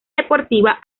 deportiva